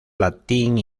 latín